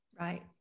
right